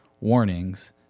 warnings